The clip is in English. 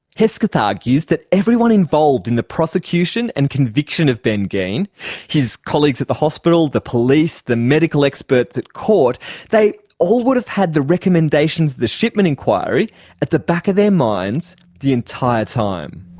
hesketh argues that everyone involved in the prosecution and conviction of ben geen his colleagues at the hospital, the police, the medical experts at court they all would have had the recommendations of the shipman inquiry at the back of their minds the entire time.